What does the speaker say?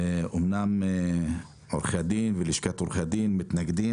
אמנם עורכי הדין ולשכת עורכי הדין מתנגדים